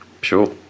Sure